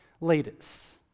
leaders